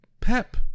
pep